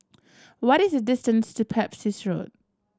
what is the distance to Pepys Road